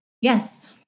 Yes